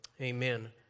Amen